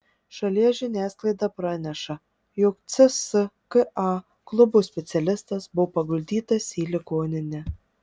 šalies žiniasklaida praneša jog cska klubo specialistas buvo paguldytas į ligoninę